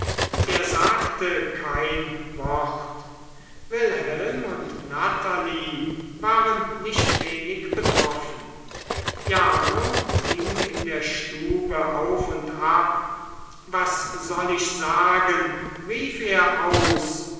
er sagte kein wort wilhelm und natalie waren nicht wenig betroffen jarno ging in der stube auf und ab was soll ich sagen rief er aus